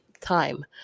time